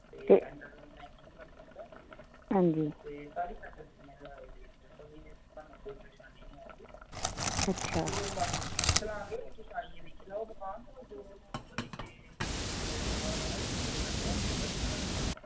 ते आं जी अच्छा